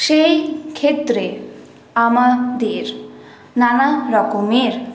সেই ক্ষেত্রে আমাদের নানারকমের